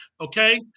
okay